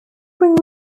bring